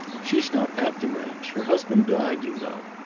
she's not at the ranch. her husband died, you know.